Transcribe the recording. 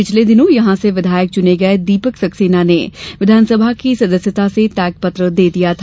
पिछले दिनों यहां से विधायक चुने गये दीपक सक्सेना ने विधानसभा की सदस्यता से त्यागपत्र दे दिया था